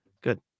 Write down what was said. good